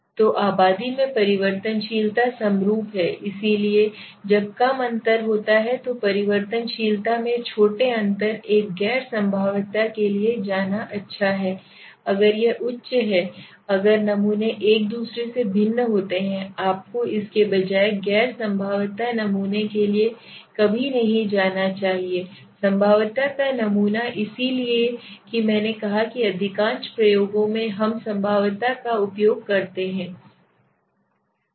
तो आबादी में परिवर्तनशीलता समरूप है इसलिए जब कम अंतर होता है तो परिवर्तनशीलता में छोटे अंतर एक गैर संभाव्यता के लिए जाना अच्छा है अगर यह उच्च है अगर नमूने एक दूसरे से भिन्न होते हैं आपको इसके बजाय गैर संभाव्यता नमूने के लिए कभी नहीं जाना चाहिए संभाव्यता का नमूना इसलिए कि मैंने कहा कि अधिकांश प्रयोगों में हम संभाव्यता का उपयोग करते हैं